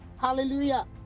hallelujah